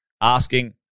asking